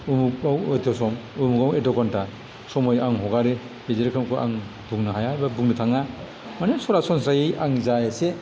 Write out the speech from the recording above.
अमुकाव एथ' सम अमुकाव एथ' घन्टा समय आं हगारो बिदि रोखोमखौ आं बुंनो हाया बा बुंनो थाङा माने सरासनस्रायै आं जा एसे